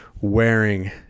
wearing